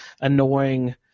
annoying